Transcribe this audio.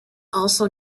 also